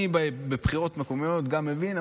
אני בבחירות מקומיות מבין,